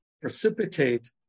precipitate